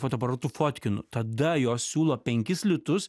fotoaparatu fotkinu tada jos siūlo penkis litus